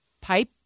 pipe